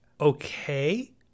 okay